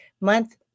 month